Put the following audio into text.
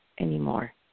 anymore